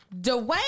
Dwayne